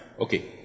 Okay